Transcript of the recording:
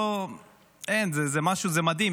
זה מדהים,